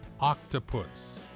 octopus